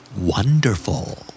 Wonderful